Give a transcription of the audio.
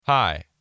Hi